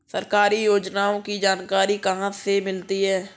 सरकारी योजनाओं की जानकारी कहाँ से मिलती है?